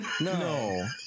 No